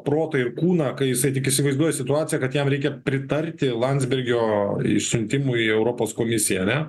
protą ir kūną kai jisai tik įsivaizduoja situaciją kad jam reikia pritarti landsbergio išsiuntimui į europos komisiją ane